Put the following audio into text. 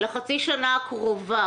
לחצי השנה הקרובה